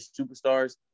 superstars